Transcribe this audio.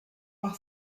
par